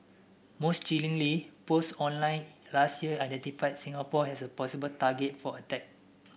most chillingly post online last year identified Singapore as a possible target for attack